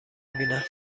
ببینم